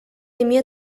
эмиэ